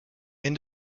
end